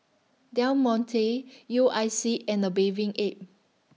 Del Monte U I C and A Bathing Ape